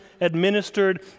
administered